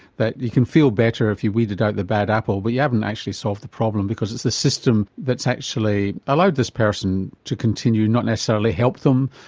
that you can feel better if you weeded out your bad apple but you haven't actually solved the problem because it's the system that's actually allowed this person to continue, not necessarily help them,